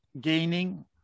gaining